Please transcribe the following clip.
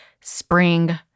spring